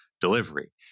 delivery